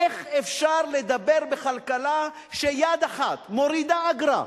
איך אפשר לדבר בכלכלה, כשיד אחת מורידה אגרה,